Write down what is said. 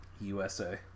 USA